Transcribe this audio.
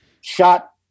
shot